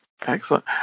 excellent